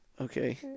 okay